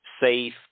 safe